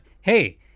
hey